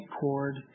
cord